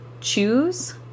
choose